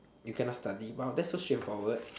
you cannot study !wow! that is so straightforward